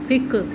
हिकु